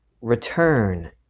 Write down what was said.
return